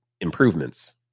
improvements